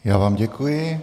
Já vám děkuji.